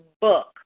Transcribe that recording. book